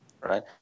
Right